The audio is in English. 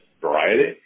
variety